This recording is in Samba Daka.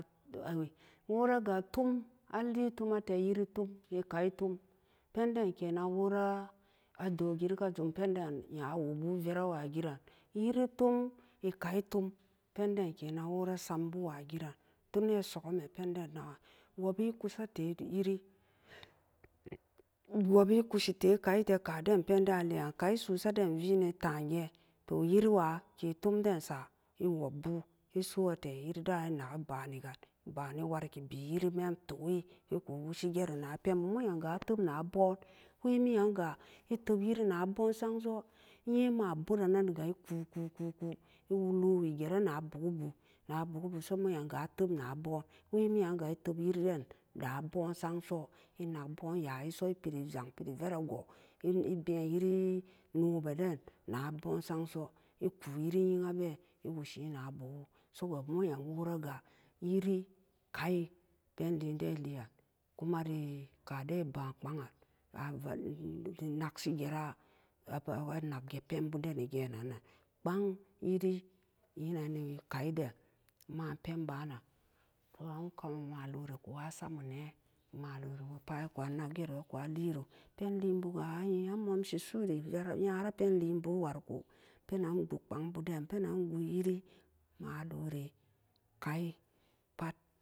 Woragatum alie tumate yiri tum ekai tum penden kenan wora adogiri kazum penden nyawo-woo verawagiran yiritum ekai tum penden kenan worasambu wagiran tune soggumme penden nag'an wobi ekusa te yiri wobi ikusite kaite kaden pen daan liean kai susa den vien ata'an geen to yiriwa, ketumden sa ewobu esote yirida'an enak-ebani gan eba'an ewarki bi yiri memtoggi iku wushi geronapen moo nyemgu atepna bo'on wemiyan ga atep yirina bo'on son nye mo pberanan ga iku-ku, ku, ku dowigeranu bagubu na bugubu so moon nyamga atepna boon wemiyanga etep yiri den na boon sangso enak boon yayiso epiri zang varago ebeen yiri nobeden na boon sangso iku yiri nyinga been iwush na bugu soga bugu nyam woraga yiri kai penlien den illien kumari kaden ela'an kpan'an nakshi gera anakge penbu den geenon-nan kpan yiri nyinani kai den maan penbanan to an malori kuba samonee maloriba pat ekua nag gero ekua liero penlienbu a momshi suri vera-nyara poilienbu wariko penan gut keangbuden penan gut yiri malori kai pat.